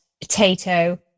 potato